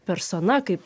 persona kaip